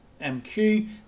MQ